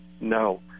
no